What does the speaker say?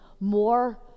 more